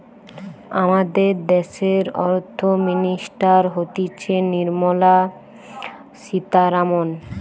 আমাদের দ্যাশের অর্থ মিনিস্টার হতিছে নির্মলা সীতারামন